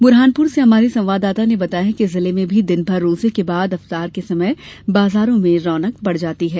बुरहानपुर से हमारे संवाददाता ने बताया कि जिले में भी दिन भर रोज़े के बाद अफ़्तार के समय बाजारों में रौनक बढ़ जाती है